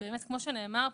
כמו שנאמר כאן,